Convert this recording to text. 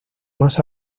más